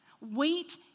Wait